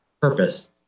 purpose